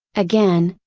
again,